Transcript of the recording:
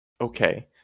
okay